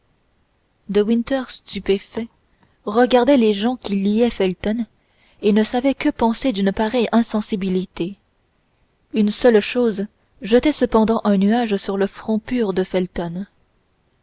de winter stupéfait regardait les gens qui liaient felton et ne savait que penser d'une pareille insensibilité une seule chose jetait cependant un nuage sur le front pur de felton